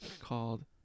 called